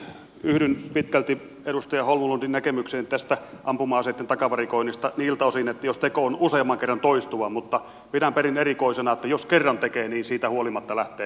yhdyn pitkälti edustaja holmlundin näkemykseen tästä ampuma aseitten takavarikoinnista niiltä osin jos teko on useamman kerran toistuva mutta pidän perin erikoisena että jos kerran tekee niin siitä huolimatta lähtee